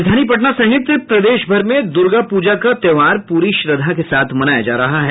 राजधानी पटना सहित प्रदेशभर में दुर्गा पूजा का त्योहार पूरी श्रद्धा के साथ मनाया जा रहा है